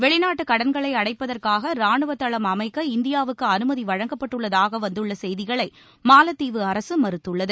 வெளிநாட்டுக் கடன்களை அடைப்பதற்காக ரானுவ தளம் அமைக்க இந்தியாவுக்கு அனுமதி வழங்கப்பட்டுள்ளதாக வந்துள்ள செய்திகளை மாலத்தீவு அரசு மறுத்துள்ளது